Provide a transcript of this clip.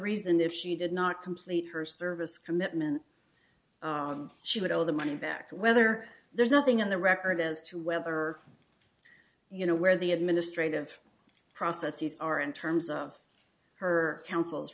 reason if she did not complete her service commitment she would owe the money back whether there's nothing on the record as to whether or you know where the administrative processes are in terms of her counsel's